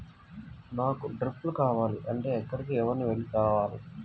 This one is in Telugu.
నాకు డ్రిప్లు కావాలి అంటే ఎక్కడికి, ఎవరిని వెళ్లి కలవాలి?